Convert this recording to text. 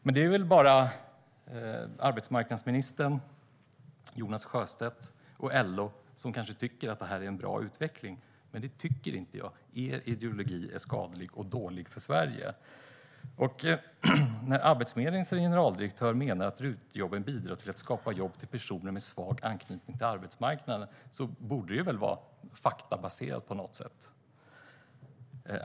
Det är väl bara arbetsmarknadsministern, Jonas Sjöstedt och LO som kanske tycker att det här är en bra utveckling. Men det tycker inte jag. Er ideologi är skadlig och dålig för Sverige. När Arbetsförmedlingens generaldirektör menar att RUT-jobben bidrar till att skapa jobb till personer med svag anknytning till arbetsmarknaden borde det vara faktabaserat på något sätt.